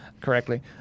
correctly